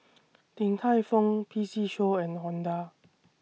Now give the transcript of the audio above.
Din Tai Fung P C Show and Honda